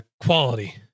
quality